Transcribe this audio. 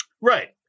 Right